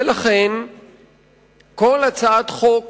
ולכן כמעט כל הצעת חוק